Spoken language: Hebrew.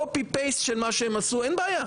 העתק הדבק של מה שהם עשו, אין בעיה.